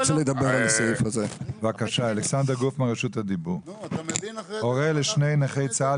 הרכבים הם הרגליים שלנו.